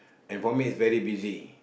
and for me is very busy